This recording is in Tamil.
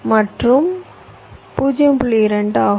2 ஆகும்